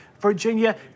Virginia